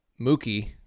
Mookie